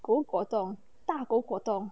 狗果冻大狗果冻